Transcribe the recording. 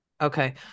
Okay